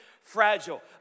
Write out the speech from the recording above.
Fragile